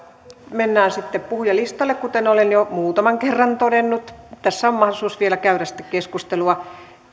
mennään sitten puhujalistalle kuten olen jo muutaman kerran todennut tässä on mahdollisuus vielä käydä sitten keskustelua